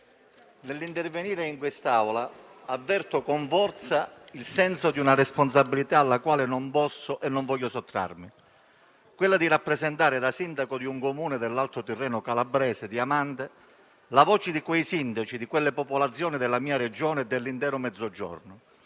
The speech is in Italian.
nell'intervenire in quest'Aula avverto con forza il senso di una responsabilità alla quale non posso e non voglio sottrarmi, quella di rappresentare, da sindaco di Diamante, un Comune dell'alto Tirreno calabrese, la voce di quei sindaci, di quelle popolazioni della mia Regione e dell'intero Mezzogiorno